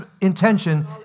intention